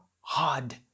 hard